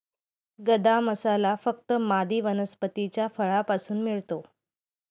गदा मसाला फक्त मादी वनस्पतीच्या फळापासून मिळतो